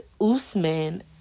Usman